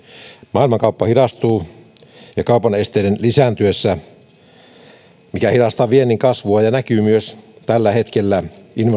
maailmankauppa hidastuu kaupan esteiden lisääntyessä mikä hidastaa viennin kasvua ja näkyy myös tällä hetkellä